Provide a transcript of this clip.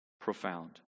profound